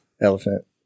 Elephant